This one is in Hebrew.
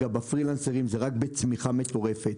אגב, הפרילנסרים הם בצמיחה מטורפת.